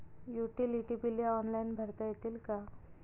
Utility बिले online भरता येतील का?